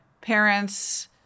parents